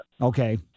Okay